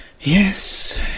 yes